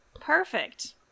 Perfect